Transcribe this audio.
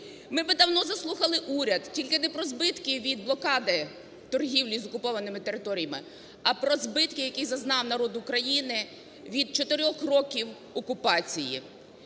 Ми би давно заслухали уряд, тільки не про збитки від блокади торгівлі з окупованими територіями, а про збитки які зазнав народ України від чотирьох років окупації.